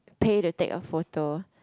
pay to take a photo